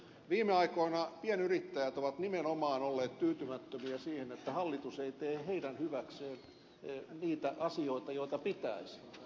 viime aikoina pienyrittäjät ovat nimenomaan olleet tyytymättömiä siihen että hallitus ei tee heidän hyväkseen niitä asioita joita pitäisi